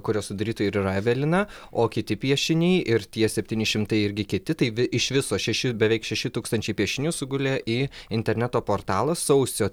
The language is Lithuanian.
kurios sudarytoja ir yra evelina o kiti piešiniai ir tie septyni šimtai irgi kiti tai vi iš viso šeši beveik šeši tūkstančiai piešinių sugulė į interneto portalas sausio